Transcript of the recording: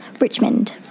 Richmond